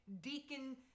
Deacon